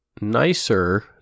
nicer